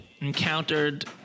encountered